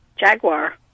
Jaguar